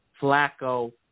Flacco